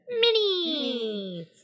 Mini